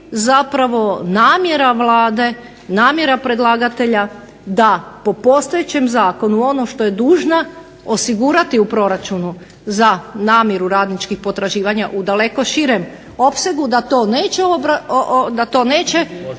zapravo namjera Vlade, namjera predlagatelja da po postojećem zakonu ono što je dužna osigurati u proračunu za namjeru radničkih potraživanja u daleko širem opsegu da to neće